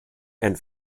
and